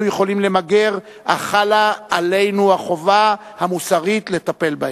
יכולים למגר אך חלה עלינו החובה המוסרית לטפל בהם.